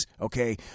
Okay